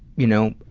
you know,